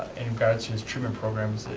in regards to his treatment programs,